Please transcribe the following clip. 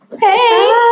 Hey